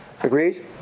Agreed